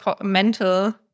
mental